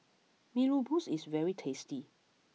Mee Rebus is very tasty